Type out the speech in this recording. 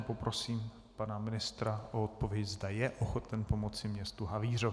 Poprosím pana ministra o odpověď, zda je ochoten pomoci městu Havířov.